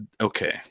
okay